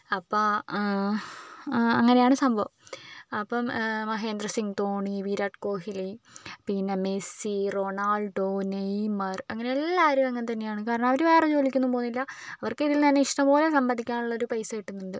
അപ്പം ആ അങ്ങനെയാണ് സംഭവം അപ്പം മഹിന്ദ്ര സിങ് ധോണി വിരാട് കോഹിലി പിന്നെ മെസ്സി റൊണാൾഡോ നെയ്മർ അങ്ങനെ എല്ലാവരും അങ്ങനെ തന്നെയാണ് കാരണം അവർ വേറെ ജോലിക്കൊന്നും പോകുന്നില്ല അവർക്ക് ഇതിൽനിന്നും ഇഷ്ടംപോലെ സമ്പാധിക്കാൻ ഉള്ള ഒരു പൈസ കിട്ടുന്നുണ്ട്